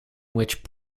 which